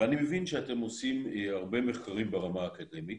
אני מבין שאתם עושים הרבה מחקרים ברמה האקדמית,